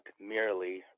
merely